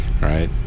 right